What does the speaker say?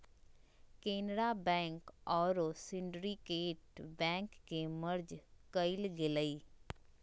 Canara bank आरो syndicate bank के merge कइल गेलय